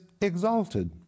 exalted